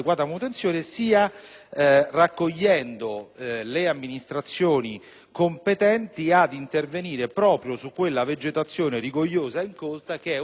invitando le amministrazioni competenti ad intervenire proprio su quella vegetazione rigogliosa e incolta, che è una delle cause